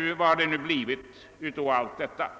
Vad har det då blivit av allt detta?